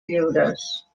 lliures